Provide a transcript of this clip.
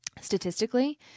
statistically